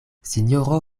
sinjoro